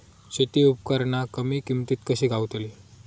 शेती उपकरणा कमी किमतीत कशी गावतली?